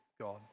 God